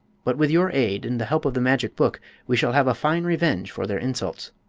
but with your aid and the help of the magic book we shall have a fine revenge for their insults.